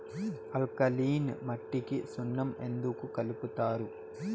alkaline మట్టికి సున్నం ఎందుకు కలుపుతారు